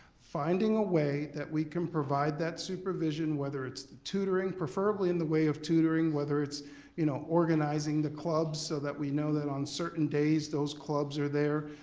finding a way that we can provide that supervision, whether it's tutoring, preferably in the way of tutoring whether it's you know organizing the club so that we know that on certain days, those clubs are there.